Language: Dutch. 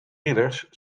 ridders